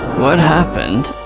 what happened?